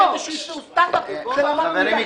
יהיה איזשהו סטנדרט של אמת מידה בעייתית.